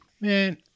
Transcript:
Man